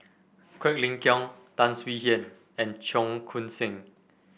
Quek Ling Kiong Tan Swie Hian and Cheong Koon Seng